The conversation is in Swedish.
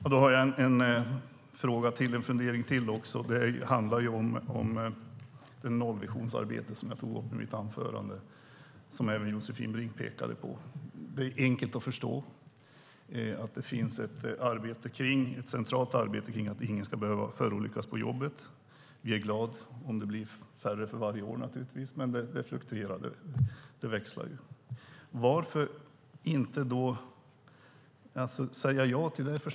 Herr talman! Jag har en fråga till. Den handlar om det nollvisionsarbete som jag tog upp i mitt anförande och som även Josefin Brink pekade på. Det är enkelt att förstå att det finns ett centralt arbete för att ingen ska förolyckas på jobbet. Vi är naturligtvis glada om det blir färre för varje år som förolyckas. Men det växlar ju. Varför då inte säga ja till nollvision?